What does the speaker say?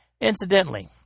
Incidentally